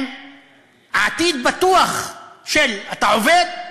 עם עתיד בטוח של "אתה עובד,